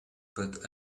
but